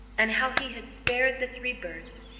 and how he had spared the three birds,